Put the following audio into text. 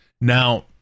Now